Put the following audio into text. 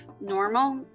normal